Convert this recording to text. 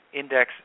index